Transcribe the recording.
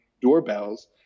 doorbells